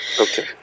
Okay